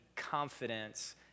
confidence